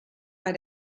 bei